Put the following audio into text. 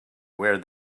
where